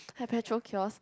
at petrol kiosk